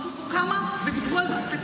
עמדו פה כמה ודיברו על זה ספציפית,